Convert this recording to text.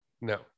No